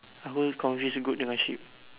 aku confuse goat dengan sheep